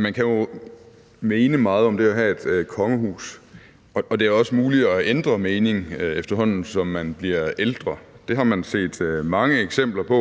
Man kan jo mene meget om det at have et kongehus, og det er også muligt at ændre mening, efterhånden som man bliver ældre. Det har man set mange eksempler på,